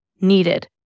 needed